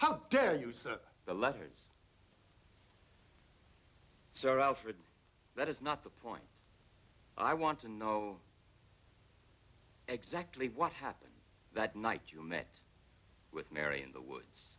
how dare you sir the letters so alfred that is not the point i want to know exactly what happened that night you met with mary in the woods